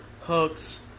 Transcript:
hooks